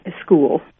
school